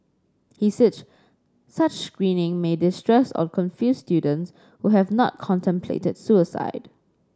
he said such screening may distress or confuse students who have not contemplated suicide